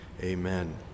Amen